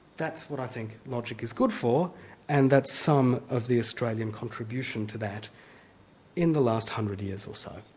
that's what i think logic is good for and that's some of the australian contribution to that in the last one hundred years or so.